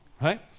right